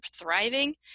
thriving